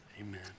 amen